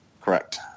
Correct